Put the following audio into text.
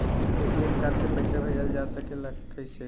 ATM card से पइसा भेजल जा सकेला कइसे?